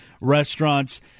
restaurants